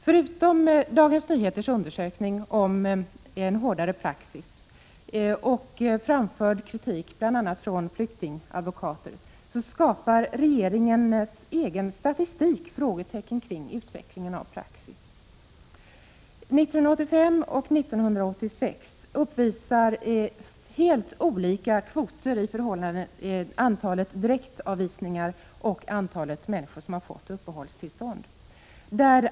Förutom Dagens Nyheters undersökning, som visar på en hårdare praxis, och kritik som framförts av bl.a. flyktingadvokater skapar regeringens egen statistik frågetecken kring utvecklingen av praxis. 1985 och 1986 uppvisar helt olika kvoter när det gäller antalet direktavvisningar och antalet människor som fått uppehållstillstånd.